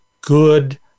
good